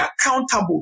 accountable